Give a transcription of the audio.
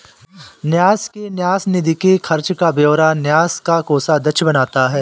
न्यास की न्यास निधि के खर्च का ब्यौरा न्यास का कोषाध्यक्ष बनाता है